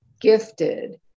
gifted